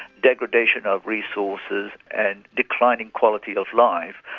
degradation of resources and declining quality of life,